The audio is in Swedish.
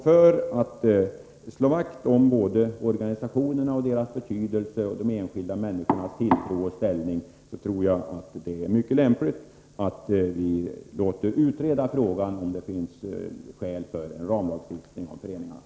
För att slå vakt om både organisationernas betydelse och de enskilda människornas tilltro och ställning tror jag att det är mycket lämpligt att vi låter utreda frågan om det finns skäl för en ramlagstiftning om föreningarna.